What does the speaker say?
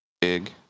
big